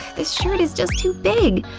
this shirt is just too big!